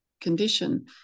condition